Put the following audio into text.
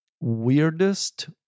weirdest